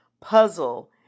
puzzle